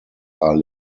are